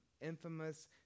infamous